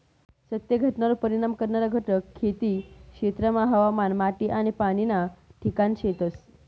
सत्य घटनावर परिणाम करणारा घटक खेती क्षेत्रमा हवामान, माटी आनी पाणी ना ठिकाणे शेतस